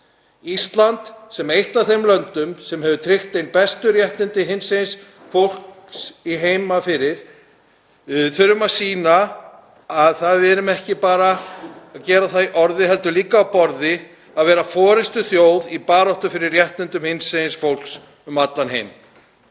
Ísland, sem eitt af þeim löndum sem hefur tryggt ein bestu réttindi hinsegin fólks heima fyrir, þarf að sýna að við erum ekki bara að gera það í orði heldur líka á borði. Við þurfum að sýna að við erum forystuþjóð í baráttu fyrir réttindum hinsegin fólks um allan heim.